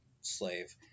slave